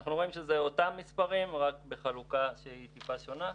אנחנו רואים שזה אותם מספרים רק בחלוקה קצת שונה.